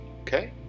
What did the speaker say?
Okay